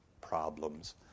problems